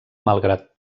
malgrat